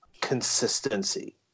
consistency